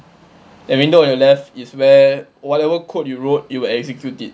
window on your left is where whatever code you wrote you execute it